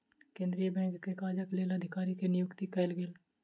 केंद्रीय बैंक के काजक लेल अधिकारी के नियुक्ति कयल गेल